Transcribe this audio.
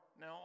Now